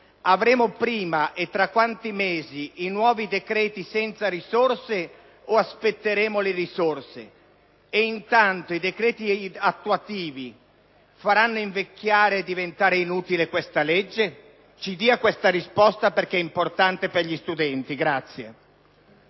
stanno nelle aule), i nuovi decreti senza risorse, o aspetteremo le risorse? E intanto, i decreti attuativi faranno invecchiare e diventare inutile questa legge? Ci dia questa risposta, perche´ e importante per gli studenti.